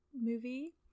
movie